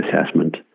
assessment